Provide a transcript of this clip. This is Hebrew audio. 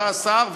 אתה השר,